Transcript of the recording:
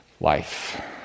Life